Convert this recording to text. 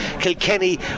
Kilkenny